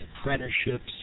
apprenticeships